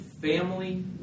family